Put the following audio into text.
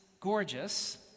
gorgeous